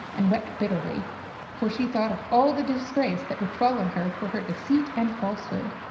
and wept bitterly for she thought of all the disgrace that would fall on her for her deceit and falsehood.